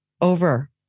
over